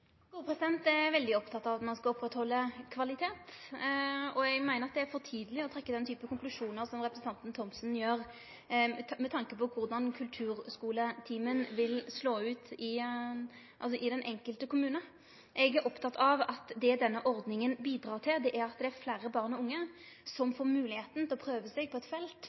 Eg er veldig oppteken av at ein skal oppretthalde kvalitet, og eg meiner det er for tidleg å trekkje den typen konklusjonar som representanten Thommesen gjer med tanke på korleis kulturskuletimen vil slå ut i den enkelte kommune. Eg er oppteken av at denne ordninga bidreg til at fleire barn og unge får moglegheita til å prøve seg på eit felt